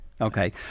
Okay